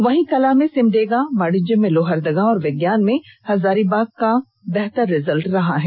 वहीं कला में सिमडेगा वाणिज्य में लोहरदगा और विज्ञान में हजारीबाग का सबसे बेहतर रिजल्ट रहा है